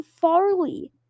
Farley